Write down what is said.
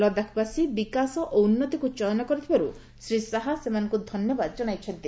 ଲଦାଖବାସୀ ବିକାଶ ଓ ଉନ୍ନତିକୁ ଚୟନ କରିଥିବାରୁ ଶ୍ରୀଶାହ ସେମାନଙ୍କୁ ଧନ୍ୟବାଦ ଜଣାଇଛନ୍ତି